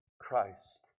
Christ